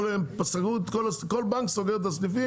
כל בנק סוגר את הסניפים,